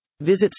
Visit